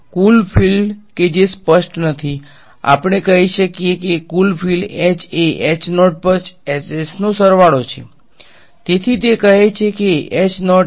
કુલ field કે જે સ્પષ્ટ નથી આપણે કહી શકીએ કે કુલ ફિલ્ડ H એ નો સરવાળો છે